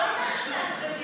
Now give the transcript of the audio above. היא לא הייתה משני הצדדים.